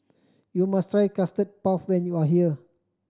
you must try Custard Puff when you are here